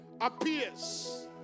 appears